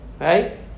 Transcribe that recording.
Right